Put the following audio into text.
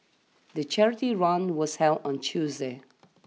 the charity run was held on Tuesday